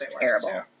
terrible